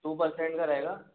to percent का रहेगा